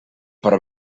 per